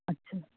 ਅੱਛਾ ਜੀ